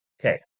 okay